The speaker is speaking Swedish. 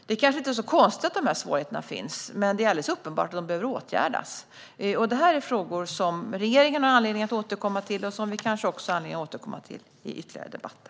Det är kanske inte så konstigt att de här svårigheterna finns, men det är alldeles uppenbart att detta behöver åtgärdas. Det här är frågor som regeringen har anledning att återkomma till och som vi kanske också har anledning att återkomma till i ytterligare debatter.